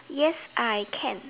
yes I can